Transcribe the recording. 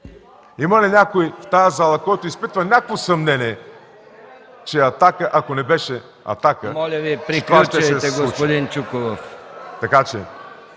Има ли някой в тази зала, който изпитва някакво съмнение, че „Атака”, ако не беше, „Атака”... (Силен